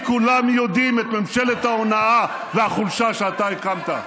כי כולם יודעים את ממשלת ההונאה והחולשה שאתה הקמת.